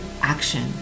action